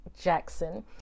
Jackson